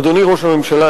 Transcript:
אדוני ראש הממשלה,